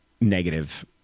negative